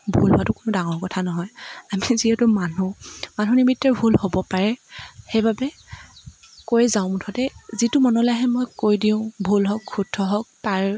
ভুল হোৱাটো কোনো ডাঙৰ কথা নহয় আমি যিহেতু মানুহ মানুহ নিমিত্তে ভুল হ'ব পাৰে সেইবাবে কৈ যাওঁ মুঠতে যিটো মনলৈ আহে মই কৈ দিওঁ ভুল হওক শুদ্ধ হওক তাৰ